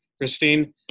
Christine